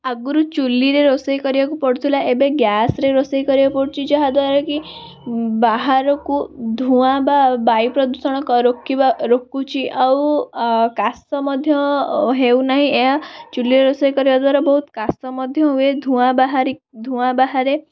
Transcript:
ଆଗରୁ ଚୂଲ୍ହିରେ ରୋଷେଇ କରିବାକୁ ପଡୁଥିଲା ଏବେ ଗ୍ୟାସ୍ରେ ରୋଷେଇ କରିବାକୁ ପଡୁଛି ଯାହାଦ୍ଵାରା କି ବାହାରକୁ ଧୂଆଁ ବା ବାୟୁ ପ୍ରଦୂଷଣ କ ରୋକିବା ରୋକୁଛି ଆଉ କାଶ ମଧ୍ୟ ହେଉନାହିଁ ଏହା ଚୂଲ୍ହିରେ ରୋଷେଇ କରିବାଦ୍ଵାରା ବହୁ କାଶ ମଧ୍ୟ ହୁଏ ଧୂଆଁ ବାହାରି ଧୂଆଁ ବାହାରେ